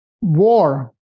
war